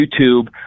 youtube